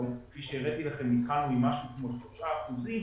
כמו שהראיתי לכם זה משהו כמו שלושה אחוזים